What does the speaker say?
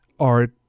art